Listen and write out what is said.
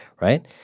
right